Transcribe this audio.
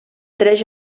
tres